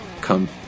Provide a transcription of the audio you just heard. come